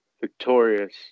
victorious